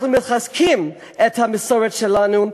אנחנו מחזקים את המסורת שלנו,